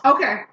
Okay